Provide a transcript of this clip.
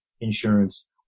insurance